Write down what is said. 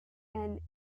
and